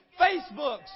Facebooks